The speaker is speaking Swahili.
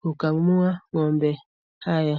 kukamua ng'ombe haya.